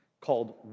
called